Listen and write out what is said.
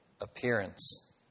appearance